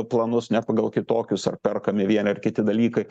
planus ne pagal kitokius ar perkami vieni ar kiti dalykai